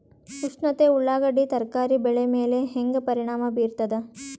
ಉಷ್ಣತೆ ಉಳ್ಳಾಗಡ್ಡಿ ತರಕಾರಿ ಬೆಳೆ ಮೇಲೆ ಹೇಂಗ ಪರಿಣಾಮ ಬೀರತದ?